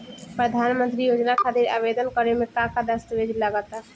प्रधानमंत्री योजना खातिर आवेदन करे मे का का दस्तावेजऽ लगा ता?